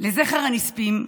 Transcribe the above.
לזכר הנספים,